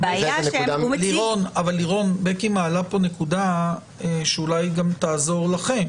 אבל לירון, בקי מעלה פה נקודה שאולי גם תעזור לכם.